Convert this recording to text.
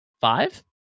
five